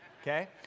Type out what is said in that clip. Okay